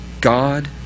God